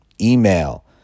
email